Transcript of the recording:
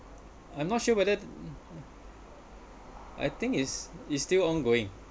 I'm not sure whether I think is is still ongoing